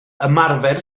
ymarfer